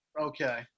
okay